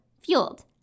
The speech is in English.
fueled